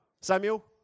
Samuel